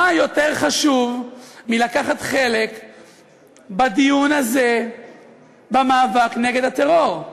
מה יותר חשוב מלקחת חלק בדיון הזה במאבק נגד הטרור?